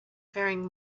faring